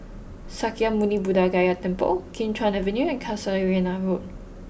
Sakya Muni Buddha Gaya Temple Kim Chuan Avenue and Casuarina Road